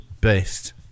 based